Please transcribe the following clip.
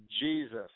Jesus